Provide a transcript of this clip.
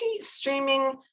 streaming